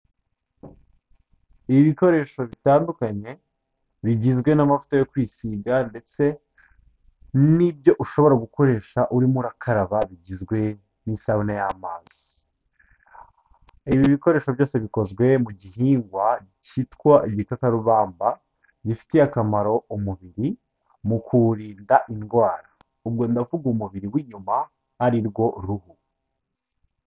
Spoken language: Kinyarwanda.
Ibikoresho bitandukanye, bigizwe n'amavuta yo kwisigagare ndetse n'ibyo ushobora gukoresha urimo urakaraba, bigizwe n'isabune y'amazi. Ibi bikoresho byose bikozwe mu gihingwa kitwa igitakarubamba, gifitiye akamaro umubiri, mu kuwurinda indwara, ubwo ndavuga umubiri w'inyuma, ari rwo ruhu.